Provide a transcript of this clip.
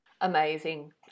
Amazing